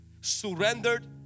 surrendered